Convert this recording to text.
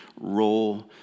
role